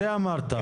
זה אמרת.